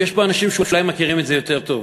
יש פה אנשים שאולי מכירים את זה יותר טוב,